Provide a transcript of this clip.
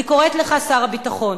אני קוראת לך, שר הביטחון